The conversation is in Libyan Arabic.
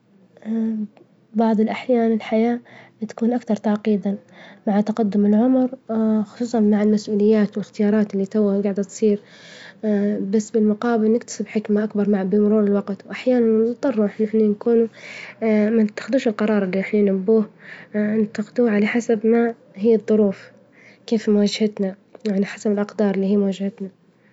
بعظ الأحيان الحياة بتكون أكثر تعقيدا مع تقدم العمر خصوصا مع المسؤوليات والاختيارات إللي توها جاعدة تصير بس بالمقابل نكتسب حكمة أكبر مع بمرور الوقت وأحيانا نظطر إحنا نكون ما نتخدوش القرار إللي إحنا نبوه نتاخدوه على حسب ما هي الظروف، كيف مواجهتنا? يعني حسب الأقدار إللي هي مواجهتنا.